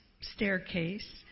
staircase